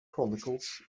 chronicles